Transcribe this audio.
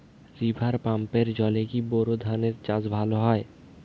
River পাম্পের জলে কি বোর ধানের চাষ ভালো হয়?